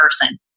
person